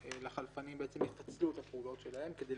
לחלפנים יפצלו את הפעולות שלהם כדי